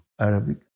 Arabic